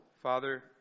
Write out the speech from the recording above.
Father